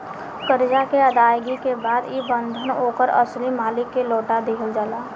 करजा के अदायगी के बाद ई बंधन ओकर असली मालिक के लौटा दिहल जाला